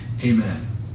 Amen